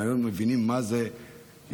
הם היו מבינים מה זה יהודי,